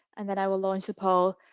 and then i will launch the poll.